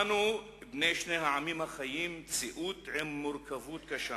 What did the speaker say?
אנו, בני שני העמים, חיים מציאות עם מורכבות קשה,